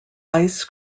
ice